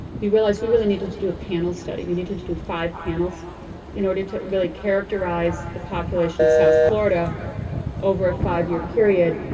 we realize we really needed to do a panel study. we needed to do five panels in order to really characterize the population of south florida over a five-year period.